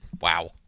Wow